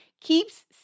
Keeps